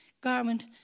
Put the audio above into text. garment